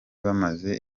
bamaze